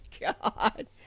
God